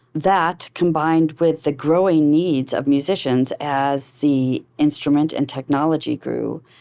that, combined with the growing needs of musicians as the instrument and technology grew,